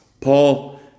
Paul